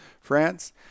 France